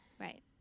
right